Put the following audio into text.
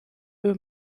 eux